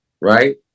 right